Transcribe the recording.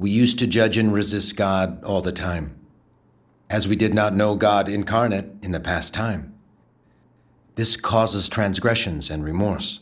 we used to judge an resists god all the time as we did not know god incarnate in the past time this causes transgressions and remorse